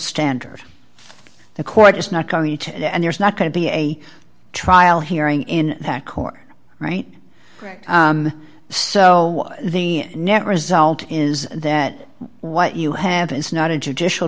standard the court is not going and there's not going to be a trial hearing in that court right so the net result is that what you have is not a judicial